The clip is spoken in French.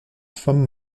femme